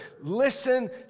Listen